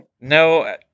no